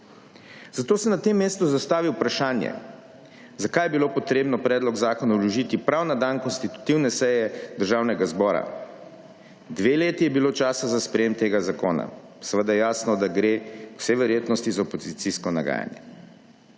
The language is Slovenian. Zato se na tem mestu zastavi vprašanje, zakaj je bilo potrebno predlog zakona vložiti prav na dan konstitutivne seje državnega zbora. Dve leti je bilo časa za sprejem tega zakona. Seveda je jasno, da gre po vsej verjetnosti za opozicijsko nagajanje.